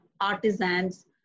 artisans